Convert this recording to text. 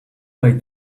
way